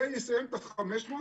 זה יסיים את ה-500 מיליון.